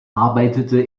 arbeitete